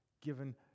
given